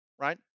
right